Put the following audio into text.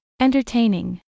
entertaining